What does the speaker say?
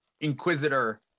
Inquisitor